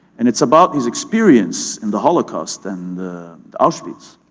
and it's about his experience in the holocaust and the auschwitz.